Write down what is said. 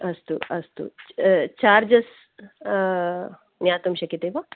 अस्तु अस्तु चार्जस् ज्ञातुं शक्यते वा